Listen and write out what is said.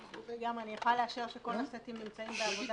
אני יכולה לאשר שכל הסטים נמצאים בעבודה